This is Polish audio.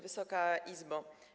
Wysoka Izbo!